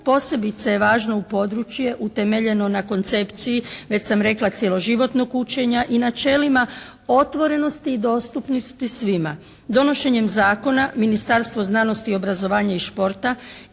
posebice je važno u području utemeljeno na koncepciji već sam rekla cjeloživotnog učenja i načelima otvorenosti i dostupnosti svima. Donošenjem zakona Ministarstvo znanosti i obrazovanja i športa